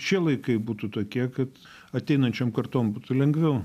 šie laikai būtų tokie kad ateinančiom kartom būtų lengviau